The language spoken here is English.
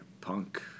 punk